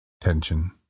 tension